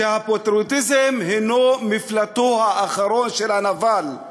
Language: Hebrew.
שהפטריוטיזם הוא מפלטו האחרון של הנבל.